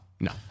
No